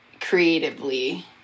creatively